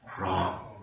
wrong